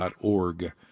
org